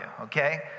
okay